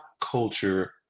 culture